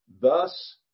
thus